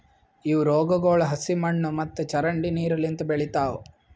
ಇವು ರೋಗಗೊಳ್ ಹಸಿ ಮಣ್ಣು ಮತ್ತ ಚರಂಡಿ ನೀರು ಲಿಂತ್ ಬೆಳಿತಾವ್